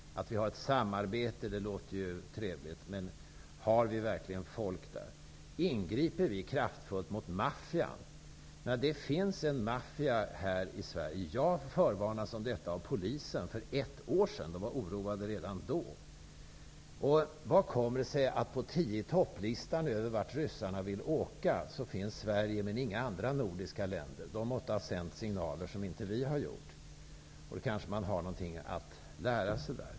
Att vi har ett samarbete låter trevligt, men har vi verkligen folk där? Ingriper vi kraftfullt mot maffian? Det finns en maffia här i Sverige. Jag har förvarnats om detta av polisen för ett år sedan. De var oroade redan då. Hur kommer det sig, att på tio-i-topp-listan över vart ryssarna vill åka finns Sverige, men inga andra nordiska länder? De måste ha sänt signaler som inte vi har gjort. Där kanske vi har något att lära.